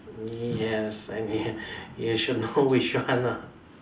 mm yes you should know which one lah